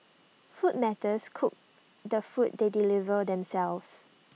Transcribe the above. food matters cook the food they deliver themselves